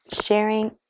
sharing